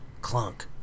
clunk